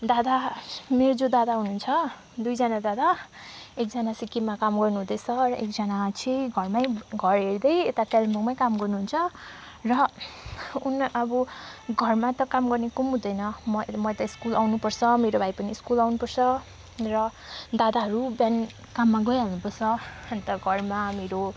दादा मेरो जो दादा हुनुहुन्छ दुईजना दादा एकजना सिक्किममा काम गर्नुहुँदैछ र एकजना चाहिँ घरमै घर हेर्दै यता कालिम्बोङमै काम गर्नुहुन्छ र उनलाई अब घरमा त काम गर्ने कोही पनि हुँदैन म म त स्कुल आउनुपर्छ मेरो भाइ पनि स्कुल आउनुपर्छ र दादाहरू बिहान काममा गई हाल्नुपर्छ अन्त घरमा हामीरू